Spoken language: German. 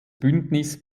bündnis